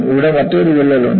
ഇവിടെ മറ്റൊരു വിള്ളൽ ഉണ്ട്